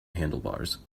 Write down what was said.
handlebars